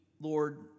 Lord